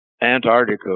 Antarctica